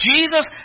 Jesus